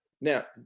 Now